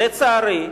לצערי,